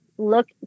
look